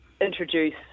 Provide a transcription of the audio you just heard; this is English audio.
introduce